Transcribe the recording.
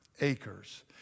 acres